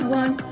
one